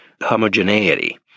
homogeneity